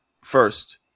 first